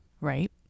Right